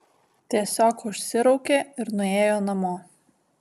tiesiog užsiraukė ir nuėjo namo